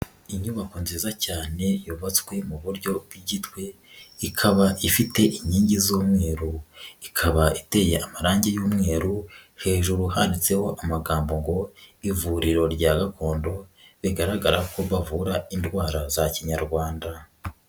Inyubako nziza cyane yubatswe mu buryo bw'igitwe ikaba ifite inkingi z'umweru, ikaba iteye amarangi y'umweru, hejuru handitseho amagambo ngo ivuriro rya gakondo, bigaragara ko bavura indwara za kinyarwanda.